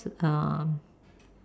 um